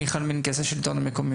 מיכל מנקס, השלטון המקומי.